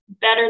better